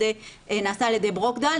נעשה על ידי ברוקדייל,